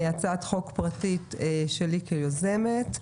הצעת חוק פרטית שלי כיוזמת,